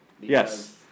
Yes